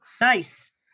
Nice